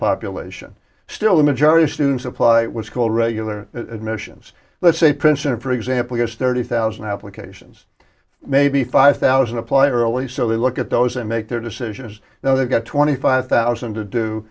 population still the majority of students apply it was called regular admissions let's say princeton for example has thirty thousand applications maybe five thousand apply early so they look at those and make their decisions now they've got twenty five thousand to do